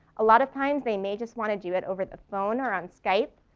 a lot of times they may just want to do it over the phone or on skype.